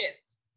kids